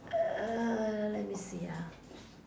err let me see ah